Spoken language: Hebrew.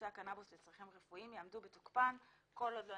הקנאבוס לצרכים רפואיים יעמדו בתוקפן כל עוד לא